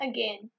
Again